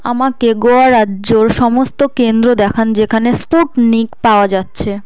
আমাকে গোয়া রাজ্যর সমস্ত কেন্দ্র দেখান যেখানে স্পুটনিক পাওয়া যাচ্ছে